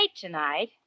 tonight